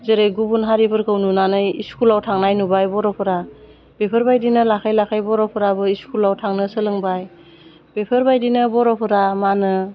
जेरै गुबुन हारिफोरखौ नुनानै इस्कुलाव थांनाय नुबाय बर'फोरा बेफोरबायदिनो लासै लासै बर'फ्राबो इस्कुलाव थांनो सोलोंबाय बेफोरबायदिनो बर'फोरा मा होनो